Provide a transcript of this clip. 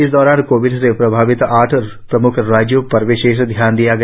इस दौरान कोविड से प्रभावित आठ प्रम्ख राज्यों पर विशेष ध्यान दिया गया